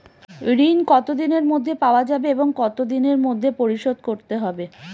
ঋণ কতদিনের মধ্যে পাওয়া যাবে এবং কত দিনের মধ্যে পরিশোধ করতে হবে?